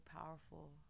powerful